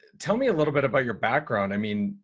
tell me a little bit about your background. i mean,